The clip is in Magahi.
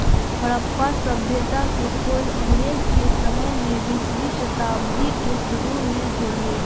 हड़प्पा सभ्यता के खोज अंग्रेज के समय में बीसवीं शताब्दी के सुरु में हो ले